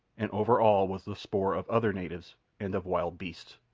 and over all was the spoor of other natives and of wild beasts.